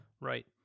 right